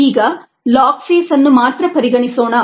ಈಗ log phase ಅನ್ನು ಮಾತ್ರ ಪರಿಗಣಿಸೋಣ